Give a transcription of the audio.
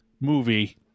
movie